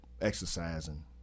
exercising